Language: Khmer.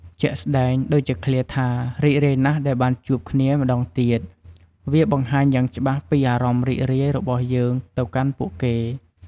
ជាក់ស្ដែង ដូចជាឃ្លាថា រីករាយណាស់ដែលបានជួបគ្នាម្តងទៀត វាបង្ហាញយ៉ាងច្បាស់ពីអារម្មណ៍រីករាយរបស់យើងទៅកាន់ពួកគេ។